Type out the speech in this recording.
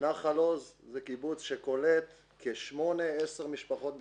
נחל עוז זה קיבוץ שקולט כשמונה-עשר משפחות בשנה.